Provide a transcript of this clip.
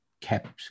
kept